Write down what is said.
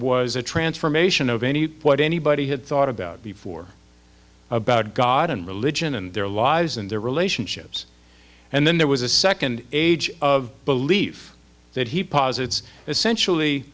was a transformation of any what anybody had thought about before about god and religion and their lives and their relationships and then there was a second age of belief that he posits essentially